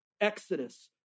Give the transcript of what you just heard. Exodus